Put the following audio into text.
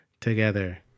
together